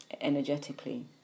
energetically